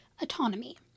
autonomy